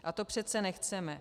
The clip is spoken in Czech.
A to přece nechceme.